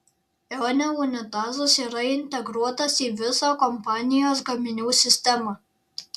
eone unitazas yra integruotas į visą kompanijos gaminių sistemą